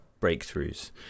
breakthroughs